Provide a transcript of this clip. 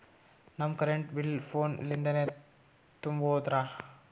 ನಮ್ current bill ಫೋನ ಲಿಂದೇ ತುಂಬೌದ್ರಾ?